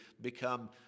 become